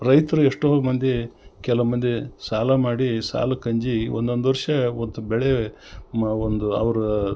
ರೈತರೋ ಎಷ್ಟೋ ಮಂದಿ ಕೆಲವ್ಮಂದಿ ಸಾಲ ಮಾಡಿ ಸಾಲಕ್ಕೆ ಅಂಜಿ ಒಂದೊಂದು ವರ್ಷ ಒಂದು ಬೆಳೆ ಮ ಒಂದು ಅವರು